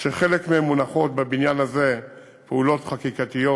שחלק מהן מונחות בבניין הזה, פעולות חקיקתיות